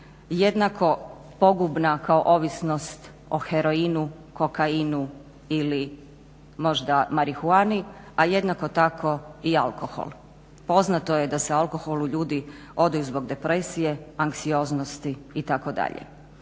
jednako pogubna kao ovisnost o heroinu, kokainu ili možda marihuani, a jednako tako i alkohol. Poznato je da se alkoholu ljudi odaju zbog depresije, anksioznosti itd.